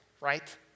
right